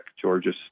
Georgia